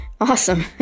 Awesome